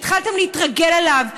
התחלתם להתרגל אליו,